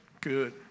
Good